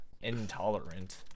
intolerant